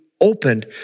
opened